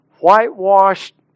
whitewashed